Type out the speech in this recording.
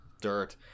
dirt